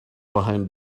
behind